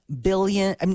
billion